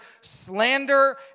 slander